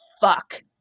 fuck